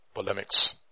Polemics